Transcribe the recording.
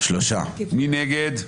מי נגד?